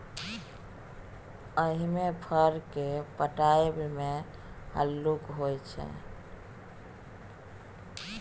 एहिमे फर केँ पटाएब मे हल्लुक होइ छै